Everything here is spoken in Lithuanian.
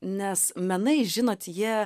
nes menai žinot jie